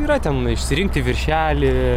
yra ten išsirinkti viršelį